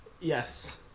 Yes